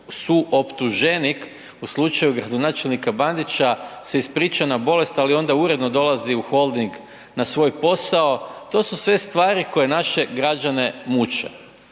suoptuženik u slučaju gradonačelnika Bandića se ispričao na bolest, ali onda uredno dolazi u Holding na svoj posao, to su sve stvari koje naše građane muče